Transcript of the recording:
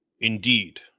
Indeed